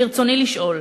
ברצוני לשאול: